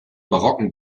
barocken